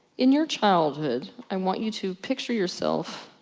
in your childhood, i want you to picture yourself,